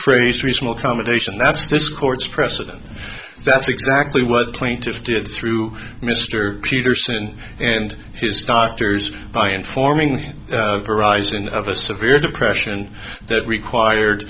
phrase three small combination that's this court's precedent that's exactly what point did through mr peterson and his doctors by informing arising of a severe depression that required